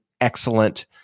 Excellent